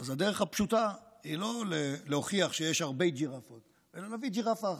הדרך הפשוטה היא לא להוכיח שיש הרבה ג'ירפות אלא להביא ג'ירפה אחת.